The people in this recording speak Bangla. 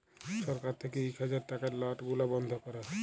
ছরকার থ্যাইকে ইক হাজার টাকার লট গুলা বল্ধ ক্যরে